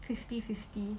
fifty fifty